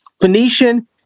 Phoenician